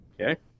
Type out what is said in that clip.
okay